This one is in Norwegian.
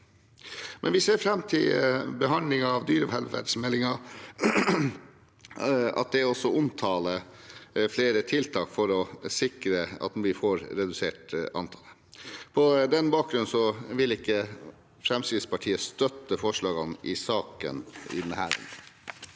ser vi fram til behandlingen av dyrevelferdsmeldingen og at den også omtaler flere tiltak for å sikre at vi får redusert antallet. På den bakgrunn vil ikke Fremskrittspartiet støtte forslagene i saken i denne runden.